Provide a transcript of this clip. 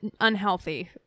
unhealthy